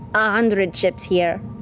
ah hundred ships here.